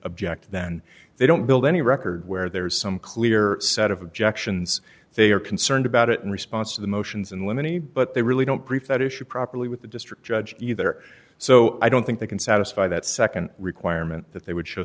object then they don't build any record where there is some clear set of objections they are concerned about it in response to the motions in limine me but they really don't brief that issue properly with the district judge either so i don't think they can satisfy that nd requirement that they would show